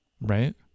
Right